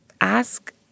Ask